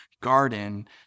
garden